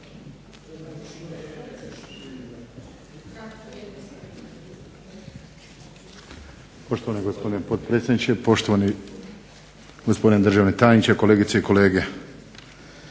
Poštovani gospodine potpredsjedniče, poštovani gospodine državni tajniče, kolegice i kolege.